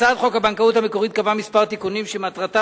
הצעת חוק הבנקאות המקורית קבעה מספר תיקונים שמטרתם